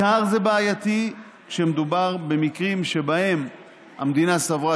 זה בעייתי בעיקר כשמדובר במקרים שבהם המדינה סברה